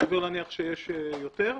וסביר להניח שיש יותר.